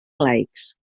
laics